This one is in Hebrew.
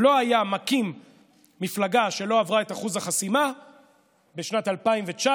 לא היה מקים מפלגה שלא עברה את אחוז החסימה בשנת 2019,